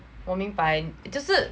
我明白就是